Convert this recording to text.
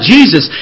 Jesus